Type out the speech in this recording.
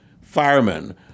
firemen